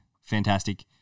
fantastic